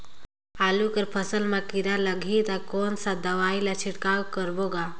आलू कर फसल मा कीरा लगही ता कौन सा दवाई ला छिड़काव करबो गा?